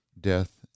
death